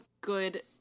good